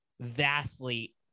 vastly